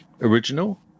original